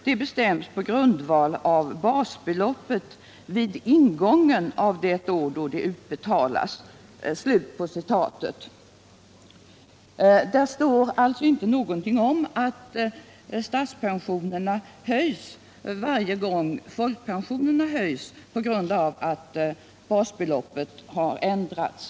De bestäms på grundval av basbeloppet vid ingången av det år då de utbetalas.” Där står alltså ingenting om att statspensionerna höjs varje gång folkpensionerna höjs på grund av att basbeloppet har ändrats.